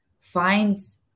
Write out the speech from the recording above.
finds